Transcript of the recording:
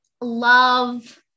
love